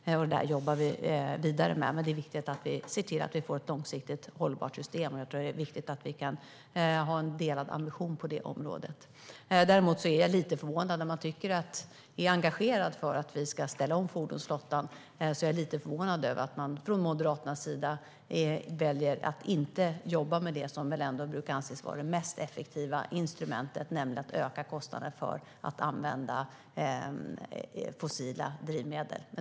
Detta jobbar vi vidare med. Det är viktigt att vi får ett långsiktigt hållbart system och att vi delar den ambitionen. Jag är dock lite förvånad över att Moderaterna som är engagerade i att ställa om fordonsflottan väljer att inte jobba med det som brukar anses vara det mest effektiva instrumentet, nämligen ökad kostnad för att använda fossila drivmedel.